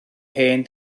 hen